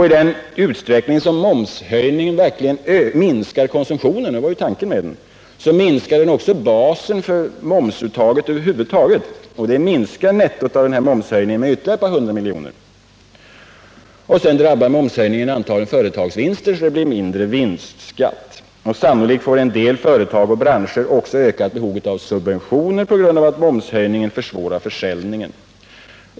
I den utsträckning momshöjningen minskar konsumtionen — det var ju tanken med den — minskar basen för momsuttaget, och det minskar nettot av momshöjningen med ett par hundra miljoner. Momshöjningen drabbar antagligen företagsvinster och därmed det belopp man får in i vinstskatt. Sannolikt får en del företag och branscher också ökat behov av subventioner på grund av att momshöjningen försvårar försäljningen.